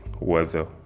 weather